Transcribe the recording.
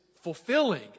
fulfilling